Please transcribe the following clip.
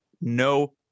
No